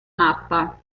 mappa